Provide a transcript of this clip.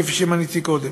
כפי שמניתי קודם,